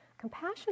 compassion